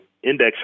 index